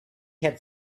had